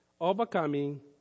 Overcoming